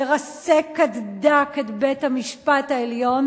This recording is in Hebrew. לרסק עד דק את בית-המשפט העליון,